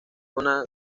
una